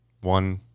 one